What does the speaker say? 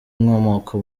inkomoko